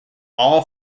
all